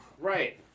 Right